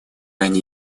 они